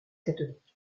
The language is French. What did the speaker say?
catholique